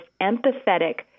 empathetic